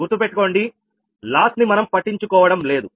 గుర్తుపెట్టుకోండి లాస్ ని మనం పట్టించుకోవడం లేదు